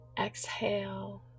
Exhale